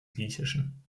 griechischen